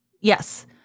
Yes